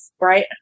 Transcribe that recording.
right